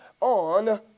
on